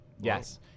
Yes